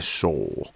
soul